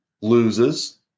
loses